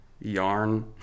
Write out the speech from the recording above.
yarn